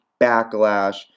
Backlash